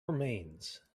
remains